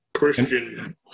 Christian